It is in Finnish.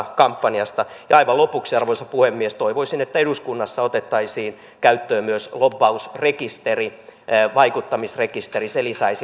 ja aivan lopuksi arvoisa puhemies toivoisin että eduskunnassa otettaisiin käyttöön myös lobbausrekisteri vaikuttamisrekisteri se lisäisi avoimuutta päätöksentekoon